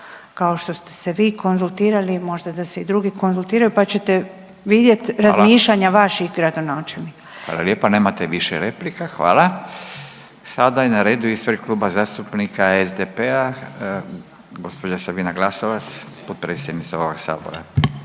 kao što ste se vi konzultirali možda da se i drugi konzultiraju pa ćete vidjet razmišljanja vaših gradonačelnika. **Radin, Furio (Nezavisni)** Hvala lijepa, nemate više replika, hvala. Sada je na redu ispred Kluba zastupnika SDP-a gospođa Sabina Glasovac potpredsjednica ovog sabora.